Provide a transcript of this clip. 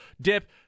dip